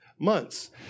months